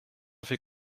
fait